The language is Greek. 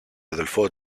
αδελφό